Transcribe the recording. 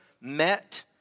met